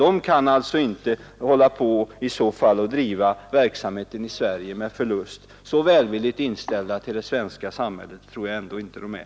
De kan inte driva verksamheten i Sverige med förlust — så välvilligt inställda till det svenska samhället tror jag inte att de är.